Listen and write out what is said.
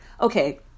okay